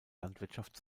landwirtschaft